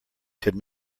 could